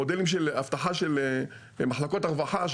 למשל באבטחה של מחלקות רווחה,